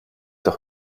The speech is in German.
doch